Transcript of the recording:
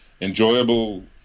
enjoyable